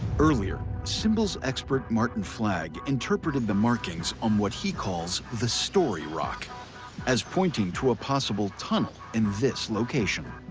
earlier, symbols expert martin flag interpreted the markings on what he calls the story rock as pointing to a possible tunnel in this location.